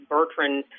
Bertrand